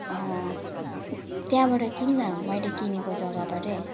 अँ त्यहाँबाट किन्न मैले किनेको जग्गाबाटै